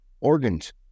organs